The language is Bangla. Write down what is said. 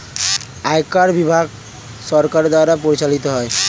আয়কর বিভাগ সরকার দ্বারা পরিচালিত হয়